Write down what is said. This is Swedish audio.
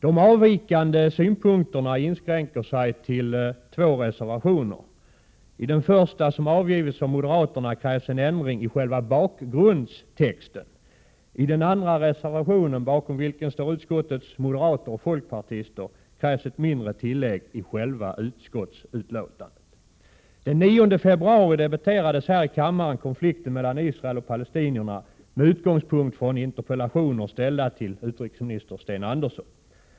De avvikande synpunkterna inskränker sig till två reservationer. I reservation 1 som avgivits av moderaterna krävs en ändring i själva bakgrundstexten. I reservation 2, bakom vilken står utskottets moderater och folkpartister, krävs ett mindre tillägg i själva utskottsbetänkandet. Den 9 februari debatterades här i kammaren konflikten mellan Israel och palestinierna med utgångspunkt i interpellationer ställda till utrikesminister Sten Andersson.